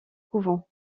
couvents